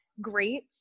great